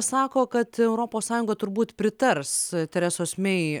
sako kad europos sąjunga turbūt pritars teresos mei